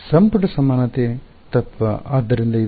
ಸಂಪುಟ ಸಮಾನತೆ ತತ್ವ ಆದ್ದರಿಂದ ಇದು